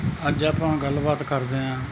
ਅੱਜ ਆਪਾਂ ਗੱਲਬਾਤ ਕਰਦੇ ਹਾਂ